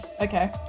okay